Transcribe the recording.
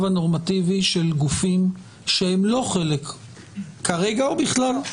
הנורמטיבי של גופים שהם לא חלק כרגע או בכלל?